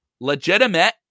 legitimate